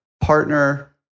partner